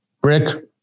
brick